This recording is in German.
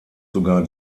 sogar